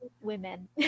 women